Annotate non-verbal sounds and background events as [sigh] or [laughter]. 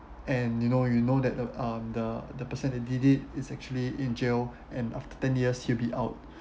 and you know you know that the um the the person that did it it's actually in jail [breath] and after ten years he'll be out